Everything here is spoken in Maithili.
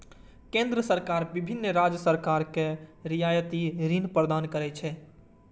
केंद्र सरकार विभिन्न राज्य सरकार कें रियायती ऋण प्रदान करै छै